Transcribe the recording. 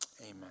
Amen